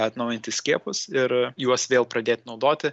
atnaujinti skiepus ir juos vėl pradėt naudoti